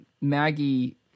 Maggie